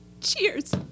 Cheers